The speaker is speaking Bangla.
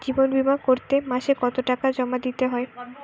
জীবন বিমা করতে মাসে কতো টাকা জমা দিতে হয়?